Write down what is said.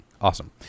Awesome